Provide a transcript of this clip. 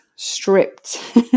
stripped